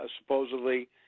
supposedly